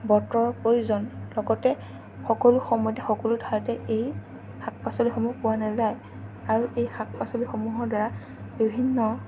বতৰ প্ৰয়োজন লগতে সকলো সময়তে সকলো ঠাইতে এই শাক পাচলিসমূহ পোৱা নাযায় আৰু এই শাক পাচলিসমূহৰ দ্বাৰা বিভিন্ন